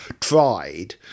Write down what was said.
tried